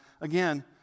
Again